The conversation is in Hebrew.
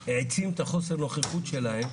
שלהם,